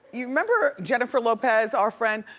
you remember jennifer lopez, our friend,